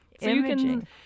imaging